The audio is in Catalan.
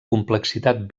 complexitat